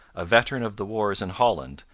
a veteran of the wars in holland,